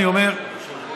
אני אומר,